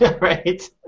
Right